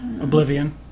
Oblivion